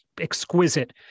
exquisite